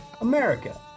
America